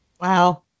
wow